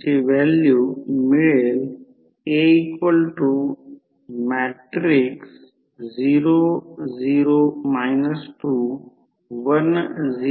5 weber per metre square आणि A 50 centimetre square आहे म्हणून 50